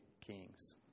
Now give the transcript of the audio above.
kings